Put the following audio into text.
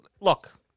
look